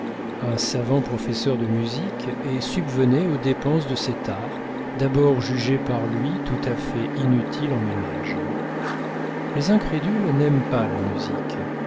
un savant professeur de musique et subvenait aux dépenses de cet art d'abord jugé par lui tout à fait inutile en ménage les incrédules n'aiment pas la musique